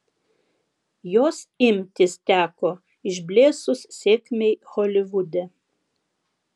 jos imtis teko išblėsus sėkmei holivude